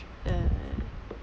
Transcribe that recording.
uh